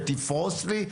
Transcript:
ותפרוס לי,